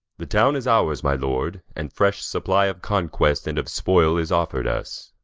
the town is ours, my lord, and fresh supply of conquest and of spoil is offer'd us.